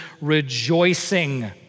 rejoicing